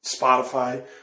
Spotify